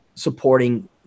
Supporting